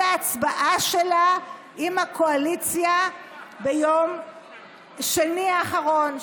ההצבעה שלה עם הקואליציה ביום שני האחרון,